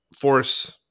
force